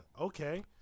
Okay